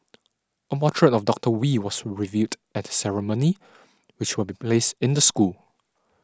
a portrait of Doctor Wee was revealed at the ceremony which will be placed in the school